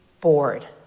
bored